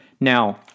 Now